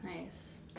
Nice